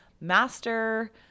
master